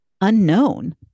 unknown